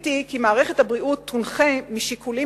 קיוויתי כי מערכת הבריאות תונחה משיקולים